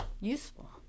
useful